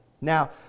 Now